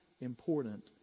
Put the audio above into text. important